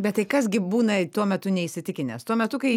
bet tai kas gi būna tuo metu neįsitikinęs tuo metu kai